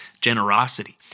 generosity